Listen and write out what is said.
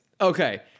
Okay